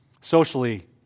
Socially